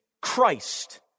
Christ